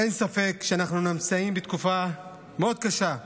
אין ספק שאנחנו נמצאים בתקופה מאוד קשה,